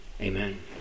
Amen